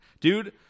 dude